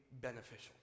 beneficial